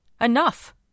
Enough